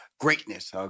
greatness